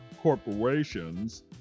corporations